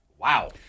Wow